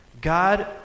God